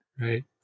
Right